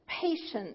patience